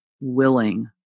willing